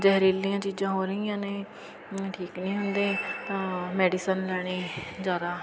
ਜ਼ਹਿਰੀਲੀਆਂ ਚੀਜਾਂ ਹੋ ਰਹੀਆਂ ਨੇ ਠੀਕ ਨਹੀਂ ਹੁੰਦੇ ਤਾਂ ਮੈਡੀਸਨ ਲੈਣੀ ਜ਼ਿਆਦਾ